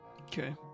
okay